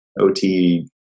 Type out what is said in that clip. OT